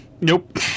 Nope